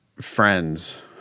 friends